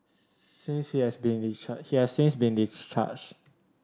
since he has been he has since been discharged